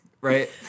right